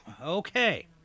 Okay